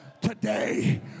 Today